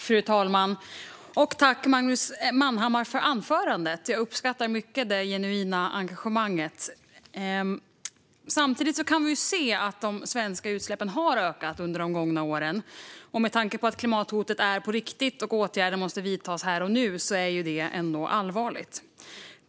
Fru talman! Tack, Magnus Manhammar, för anförandet! Jag uppskattar mycket det genuina engagemanget. Samtidigt kan vi se att de svenska utsläppen har ökat under de gångna åren. Med tanke på att klimathotet är på riktigt och att åtgärder måste vidtas här och nu är det ändå allvarligt.